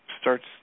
starts